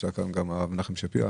נמצא כאן גם הרב מנחם שפירא,